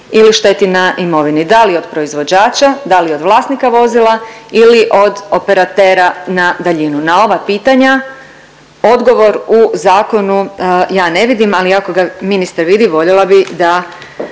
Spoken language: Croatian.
ili šteti na imovini, da li od proizvođača, da li od vlasnika vozila ili od operatera na daljinu. Na ova pitanja odgovor u zakonu ja ne vidim, ali ako ga ministar vidi voljela bi da